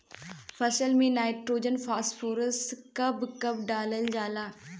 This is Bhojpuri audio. फसल में नाइट्रोजन फास्फोरस कब कब डालल जाला?